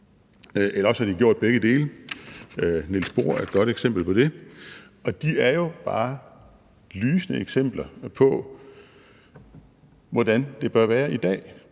eller også har de gjort begge dele. Niels Bohr er et godt eksempel på det. Og de er jo bare lysende eksempler på, hvordan det bør være i dag;